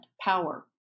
power